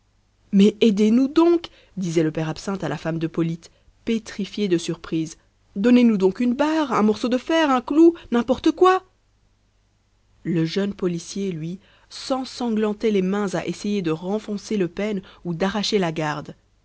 mais aidez-nous donc disait le père absinthe à la femme de polyte pétrifiée de surprise donnez-nous donc une barre un morceau de fer un clou n'importe quoi le jeune policier lui s'ensanglantait les mains à essayer de renfoncer le pêne ou d'arracher la garde